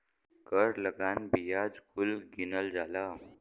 कर लगान बियाज कुल गिनल जाला